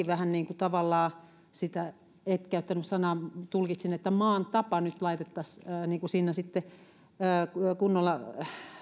vähän niin kuin tavallaan et käyttänyt sitä sanaa mutta tulkitsin maan tapa nyt laitettaisiin sitten kunnolla